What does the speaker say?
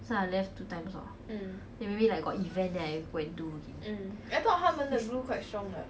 so I left two times lor then maybe like got event then I go and do again